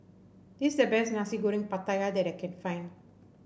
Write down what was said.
this the best Nasi Goreng Pattaya that I can find